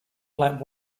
flat